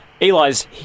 Eli's